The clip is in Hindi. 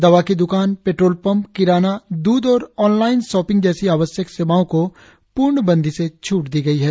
दवा की द्कान पेट्रोल पम्प किराना दूध और ऑनलाइन शॉपिंग जैसी आवश्यक सेवाओं को पूर्णबंदी से छूट दी गई है